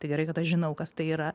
tai gerai kad aš žinau kas tai yra